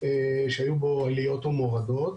שהיו בו עליות ומורדות,